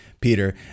Peter